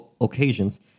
occasions